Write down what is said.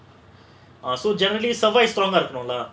ah so generally ஒழுங்கா இருக்கணும்ல:olunga irukanumla